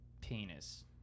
Penis